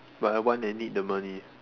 but I want and need the money